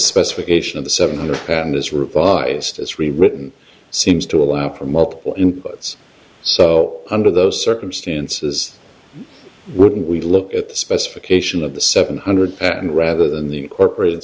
specification of the seven hundred ten is revised as rewritten seems to allow for multiple inputs so under those circumstances wouldn't we look at the specification of the seven hundred rather than the corporate